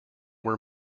were